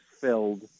filled